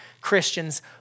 Christians